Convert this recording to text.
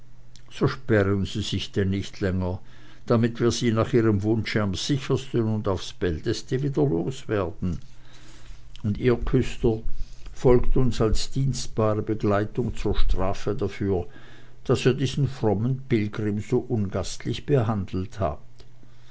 so sperren sie sich denn nicht länger damit wir sie nach ihrem wunsche am sichersten und aufs bäldeste wieder loswerden und ihr küster folgt uns als dienstbare begleitung zur strafe dafür daß ihr diesen frommen pilgrim so ungastlich behandelt habt